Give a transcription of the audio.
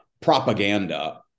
propaganda